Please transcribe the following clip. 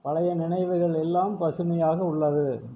பழைய நினைவுகள் எல்லாம் பசுமையாக உள்ளது